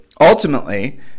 Ultimately